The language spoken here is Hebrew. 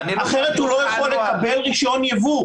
אחרת הוא לא יכול לקבל רישיון יבוא.